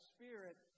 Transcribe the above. Spirit